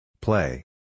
Play